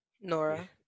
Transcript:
Nora